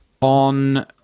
on